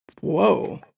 Whoa